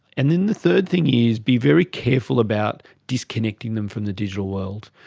and then the third thing is be very careful about disconnecting them from the digital world.